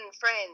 friends